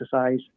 exercise